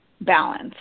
balance